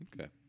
Okay